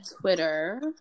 Twitter